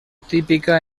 típica